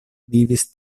vivis